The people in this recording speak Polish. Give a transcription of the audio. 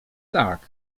tak